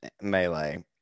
Melee